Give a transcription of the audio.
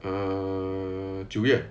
err 九月